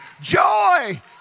Joy